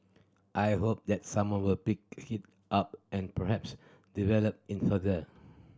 I hope that someone will pick hit up and perhaps develop in further